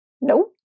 No